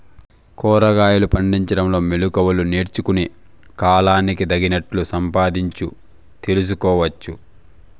కూరగాయలు పండించడంలో మెళకువలు నేర్చుకుని, కాలానికి తగినట్లు సంపాదించు తెలుసుకోవచ్చు